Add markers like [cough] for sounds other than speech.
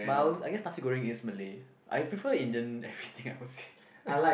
but I [noise] I guess nasi-goreng is Malay I prefer Indian everything else [laughs]